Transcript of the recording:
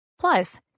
Plus